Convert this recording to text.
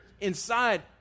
inside